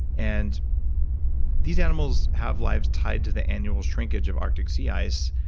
and these animals have lives tied to the annual shrinkage of arctic sea ice,